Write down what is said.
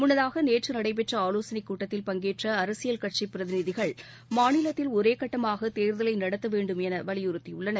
முன்னதாக நேற்று நடைபெற்ற ஆலோசனைக் கூட்டத்தில் பங்கேற்ற அரசியல் கட்சி பிரதிநிதிகள் மாநிலத்தில் ஒரே கட்டமாக தேர்தலை நடத்த வேண்டும் என வலியுறுத்தியுள்ளனர்